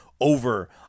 over